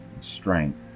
strength